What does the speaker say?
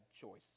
choice